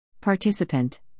Participant